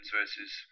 versus